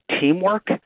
teamwork